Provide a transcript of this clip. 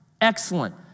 Excellent